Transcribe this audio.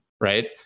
Right